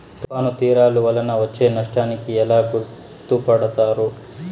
తుఫాను తీరాలు వలన వచ్చే నష్టాలను ఎలా గుర్తుపడతారు?